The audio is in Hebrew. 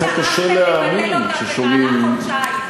ואז חוקקנו חוקים טובים,